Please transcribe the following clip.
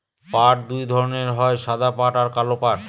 পাট দুই ধরনের হয় সাদা পাট আর কালো পাট